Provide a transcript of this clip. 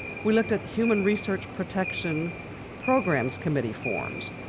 we looked at human research protection programs committee forms.